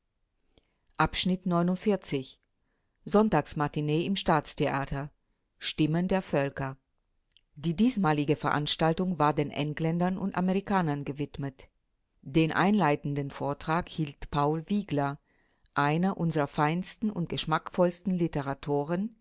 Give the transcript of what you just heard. sonntags-matinee im staatstheater stimmen der völker die diesmalige veranstaltung war den engländern und amerikanern gewidmet den einleitenden vortrag hielt paul wiegler einer unserer feinsten und geschmackvollsten literatoren